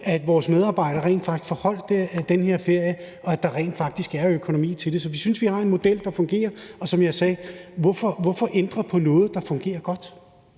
at vores medarbejdere rent faktisk får holdt den her ferie, og at der rent faktisk er økonomi til det. Så vi synes, at vi har en model, der fungerer. Og som jeg sagde: Hvorfor ændre på noget, der fungerer godt?